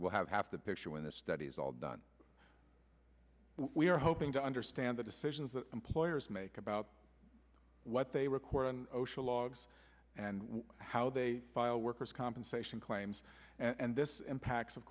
will have half the picture when the study is all done we are hoping to understand the decisions that employers make about what they require and osha logs and how they file workers compensation claims and this impacts of